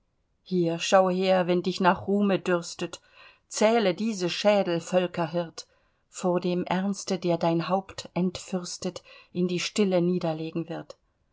hier schau her wenn dich nach ruhme dürstet zähle diese schädel völkerhirt vor dem ernste der dein haupt entfürstet in die stille niederlegen wird